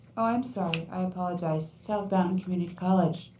i'm sorry. i apologize. south mountain community college.